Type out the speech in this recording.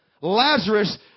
Lazarus